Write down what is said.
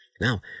Now